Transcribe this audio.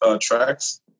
tracks